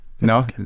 no